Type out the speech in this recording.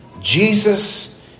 Jesus